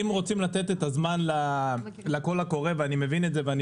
אם רוצים לתת את הזמן לקול הקורא ואני מבין את זה ואני